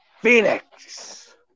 Phoenix